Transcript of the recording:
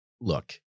look